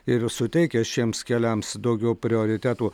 ir suteikia šiems keliams daugiau prioritetų